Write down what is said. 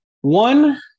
One